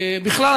בכלל,